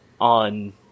on